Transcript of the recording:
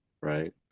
right